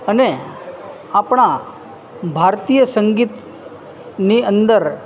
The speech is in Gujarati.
અને આપણાં ભારતીય સંગીત ની અંદર